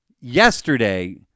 yesterday